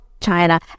China